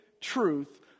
truth